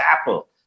Apple